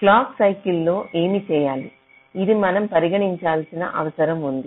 clock సైకిల్లో ఏమి చేయాలి ఇది మనం పరిగణించాల్సిన అవసరం ఉంది